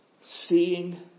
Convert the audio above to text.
seeing